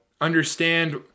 understand